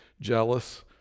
jealous